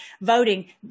voting